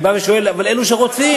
אני שואל, אבל אלו שרוצים?